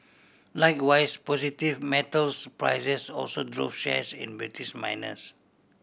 likewise positive metals prices also drove shares in British miners